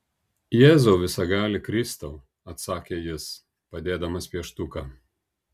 jėzau visagali kristau atsakė jis padėdamas pieštuką